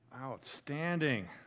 Outstanding